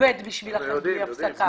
עובד בשבילכם בלי הפסקה.